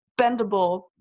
bendable